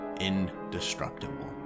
indestructible